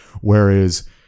Whereas